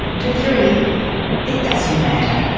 to three it doesn't matter.